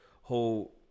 whole